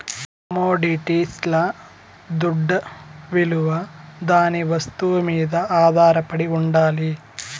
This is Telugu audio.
కమొడిటీస్ల దుడ్డవిలువ దాని వస్తువు మీద ఆధారపడి ఉండాలి